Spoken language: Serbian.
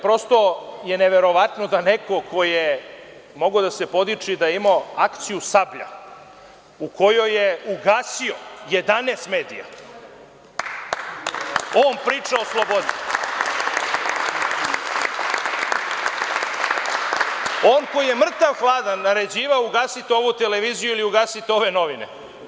Prosto je neverovatno da neko ko je mogao da se podiči da je imao akciju „Sablja“ u kojoj je ugasio 11 medija, on priča o slobodi, on koji je mrtav hladan naređivao – ugasite ovu televiziju ili ugasiste ove novine.